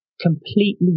completely